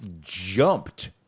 jumped